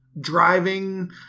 driving